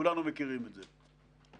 כולנו מכירים את זה.